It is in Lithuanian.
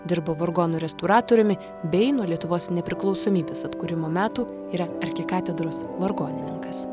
dirbo vargonų restauratoriumi bei nuo lietuvos nepriklausomybės atkūrimo metų yra arkikatedros vargonininkas